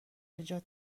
نجات